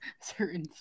certain